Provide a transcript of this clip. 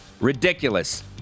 Ridiculous